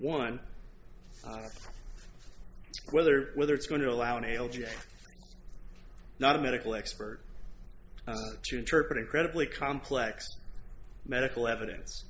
one whether whether it's going to allow an l g not a medical expert to interpret incredibly complex medical evidence